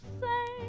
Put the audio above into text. say